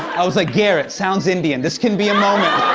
i was like, garrett, sounds indian, this can be a moment.